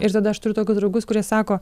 ir tada aš turiu tokius draugus kurie sako